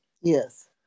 Yes